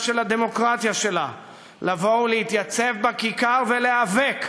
של הדמוקרטיה שלה לבוא ולהתייצב בכיכר ולהיאבק,